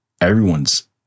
everyone's